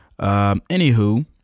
Anywho